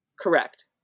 Correct